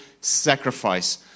sacrifice